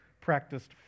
practiced